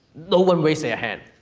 no one raise their hand.